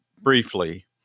briefly